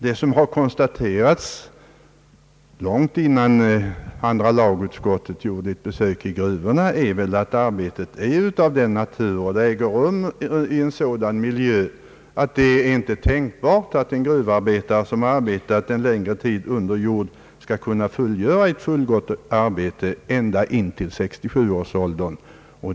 Det som har konstaterats — långt innan andra lagutskottet gjorde ett besök i gruvorna — är att arbetet är av den natur och äger rum i sådan miljö, att det inte är tänkbart att en gruvarbetare som under längre tid arbetat under jord skall kunna fullgöra ett fullgott arbete ända fram till 67-årsåldern.